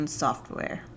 software